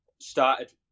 started